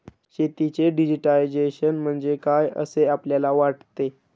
शेतीचे डिजिटायझेशन म्हणजे काय असे आपल्याला वाटते?